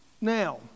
Now